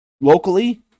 locally